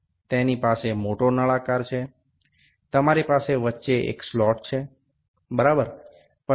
এর একটি ছোট সিলিন্ডার রয়েছে এটির একটি বড় সিলিন্ডার রয়েছে মাঝখানে একটি ছোট্ট ফাঁকা জায়গা রয়েছে ঠিক আছে